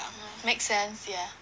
m~ make sense yeah